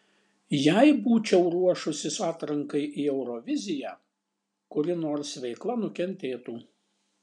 jei būčiau ruošusis atrankai į euroviziją kuri nors veikla nukentėtų